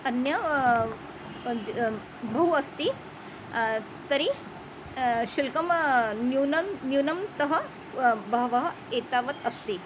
अन्य बहु अस्ति तर्हि शुल्कं न्यूनं न्यूनं तत् वा बहवः एतावत् अस्ति